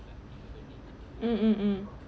mm